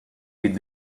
could